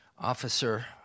officer